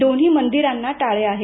दोन्ही मंदीरांना टाळे आहे